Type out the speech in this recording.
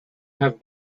have